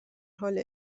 حال